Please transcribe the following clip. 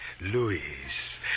Luis